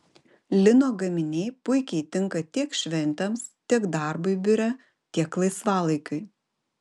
lino gaminiai puikiai tinka tiek šventėms tiek darbui biure tiek laisvalaikiui